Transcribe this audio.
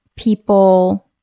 people